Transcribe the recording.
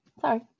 sorry